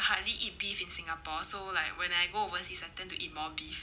I hardly eat beef in singapore so like when I go overseas I tend to eat more beef